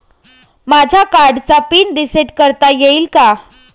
माझ्या कार्डचा PIN reset करता येईल का?